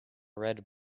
red